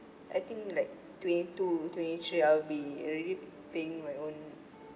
I think like twenty two twenty three I'll be already paying my own